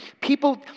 people